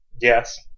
Yes